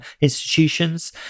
institutions